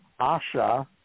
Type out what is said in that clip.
Asha